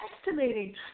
estimating